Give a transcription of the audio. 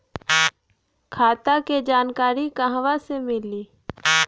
खाता के जानकारी कहवा से मिली?